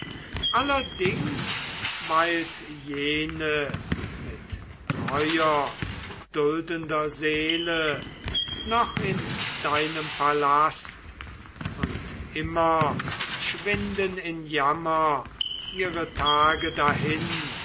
weilt jene mit treuer duldender seele noch in deinem palast und immer schwinden in jammer ihre tage dahin